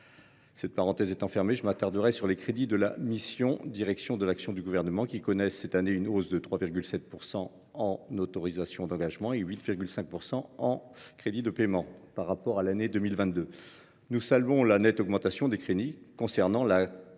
Cette parenthèse fermée, je m’attarderai sur les crédits de la mission « Direction de l’action du Gouvernement », qui connaissent cette année une hausse de 3,7 % en autorisations d’engagement et de 8,5 % en crédits de paiement par rapport à l’année 2022. Nous saluons la nette augmentation des crédits consacrés au